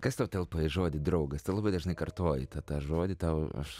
kas tau telpa į žodį draugas tu labai dažnai kartoji tą tą žodį tau aš